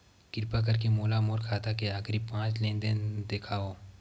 किरपा करके मोला मोर खाता के आखिरी पांच लेन देन देखाव